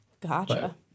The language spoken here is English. Gotcha